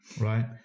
right